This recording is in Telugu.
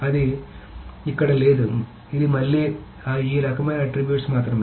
అది అక్కడ లేదు ఇది మళ్లీ ఈ రకమైన ఆట్రిబ్యూట్స్ మాత్రమే